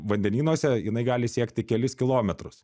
vandenynuose jinai gali siekti kelis kilometrus